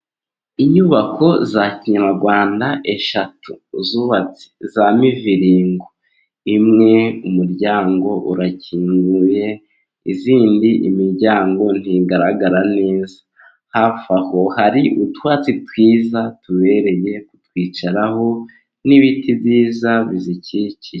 Inyubako za kinyarwanda eshatu zubatse za miviriingo, imwe umuryango urakinguye izindi imiryango ntigaragara neza, hafi aho hari utwatsi twiza tubereye kwicaraho n'ibiti byiza bizikikije.